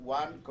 one